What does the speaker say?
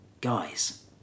guys